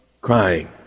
crying